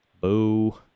Boo